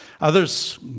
Others